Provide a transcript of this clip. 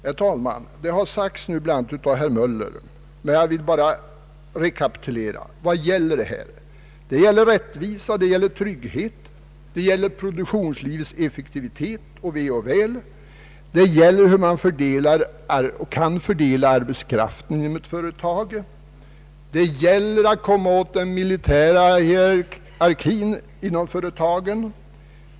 Herr talman! Det har sagts bl.a. av herr Möller, men jag vill bara rekapitulera: Vad gäller detta? Det gäller rättvisa. Det gäller trygghet. Det gäller produktionslivets effektivitet och ve och väl. Det gäller hur man skall fördela arbetskraften inom ett företag. Det gäller att komma åt den militära hierarkin inom företagen.